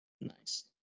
Nice